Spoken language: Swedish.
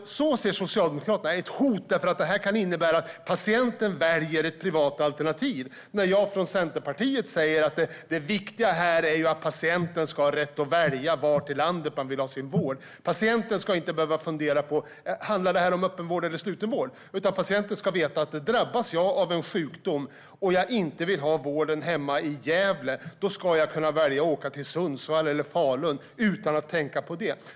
Socialdemokraterna ser detta som ett hot eftersom det kan innebära att patienten väljer ett privat alternativ. Jag från Centerpartiet säger: Det viktiga här är att patienten ska ha rätt att välja var i landet som man vill ha sin vård. Patienten ska inte behöva fundera på om det handlar om öppenvård eller slutenvård. Patienten ska veta att om man drabbas av en sjukdom och inte vill ha vård hemma i Gävle ska man kunna välja att åka till Sundsvall eller Falun.